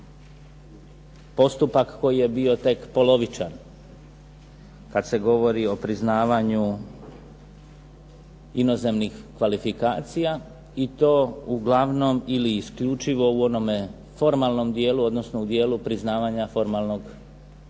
postupak koji je bio tek polovičan, kad se govori o priznavanju inozemnih kvalifikacija i to uglavnom ili isključivo u onome formalnom dijelu, odnosno u dijelu priznavanja formalnog, stečene razine